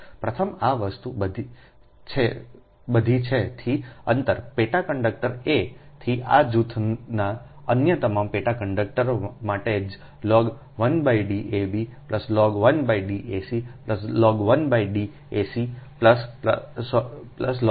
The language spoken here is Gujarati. પ્રથમ આ વસ્તુ બધી છે થી અંતરપેટા કંડક્ટરએ થી આ જૂથના અન્ય તમામ પેટા કંડકટરો માટે જ log 1 D ab log 1 D ac log 1 D ac